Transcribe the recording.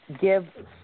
give